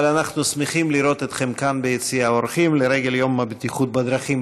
אבל אנחנו שמחים לראות אתכם כאן ביציע האורחים לרגל יום הבטיחות בדרכים.